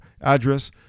address